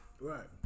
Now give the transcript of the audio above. Right